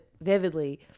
vividly